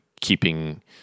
keeping